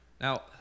Now